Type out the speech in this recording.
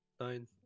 nine